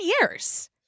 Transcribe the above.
years